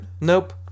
Nope